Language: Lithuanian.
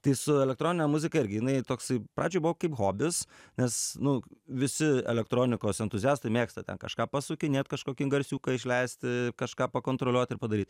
tai su elektronine muzika irgi jinai toksai pradžioj buvo kaip hobis nes nu visi elektronikos entuziastai mėgsta ten kažką pasukinėt kažkokį garsiuką išleisti kažką pakontroliuot ar padaryt